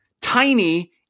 tiny